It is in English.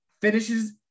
finishes